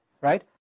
right